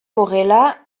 horrela